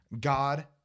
God